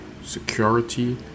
security